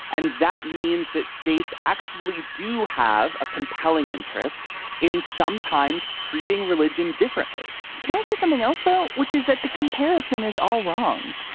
and that means that states actually do have a compelling interest in sometimes treating religion differently can i say something else, though, which is that the comparison is all wrong.